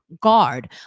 guard